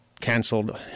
canceled